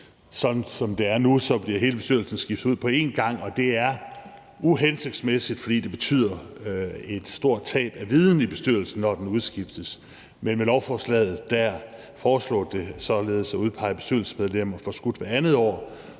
Sådan som det er nu, bliver hele bestyrelsen skiftet ud på en gang, og det er uhensigtsmæssigt, fordi det betyder et stort tab af viden i bestyrelsen, når den udskiftes. Med lovforslaget foreslås det således at udpege bestyrelsesmedlemmer forskudt hvert andet år,